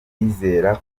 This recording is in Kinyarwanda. bizera